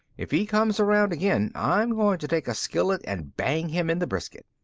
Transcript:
if he comes around again, i'm going to take a skillet and bang him in the brisket.